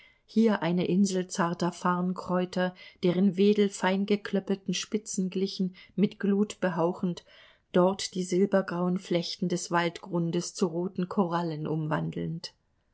hier eine insel zarter farnkräuter deren wedel feingeklöppelten spitzen glichen mit glut behauchend dort die silbergrauen flechten des waldgrundes zu roten korallen umwandelnd